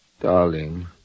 Darling